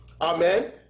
Amen